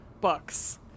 books